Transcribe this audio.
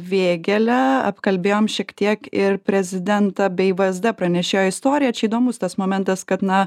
vėgėlę apkalbėjom šiek tiek ir prezidentą bei vsd pranešėjo istoriją čia įdomus tas momentas kad na